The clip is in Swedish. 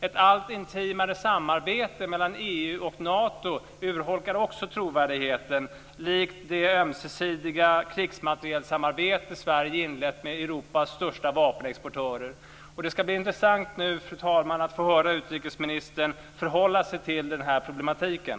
Ett allt intimare samarbete mellan EU och Nato urholkar också trovärdigheten, liksom det ömsesidiga krigsmaterielsamarbete som Sverige har inlett med Europas största vapenexportörer. Det ska bli intressant nu, fru talman, att höra utrikesministern förhålla sig till den här problematiken.